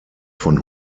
von